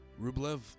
rublev